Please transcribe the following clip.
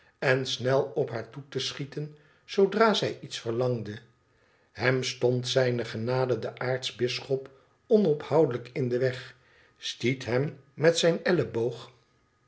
en snel op haar toe te schieten zoodra zij iets verlangde hem stond zijne genade de aartsbisschop onophoudelijk in den weg stiet hem met zijn elleboog